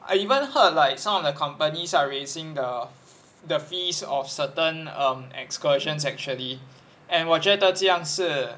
I even heard like some of the companies are raising the fe~ the fees of certain um excursion actually and 我觉得这样是